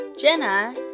Jenna